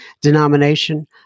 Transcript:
denomination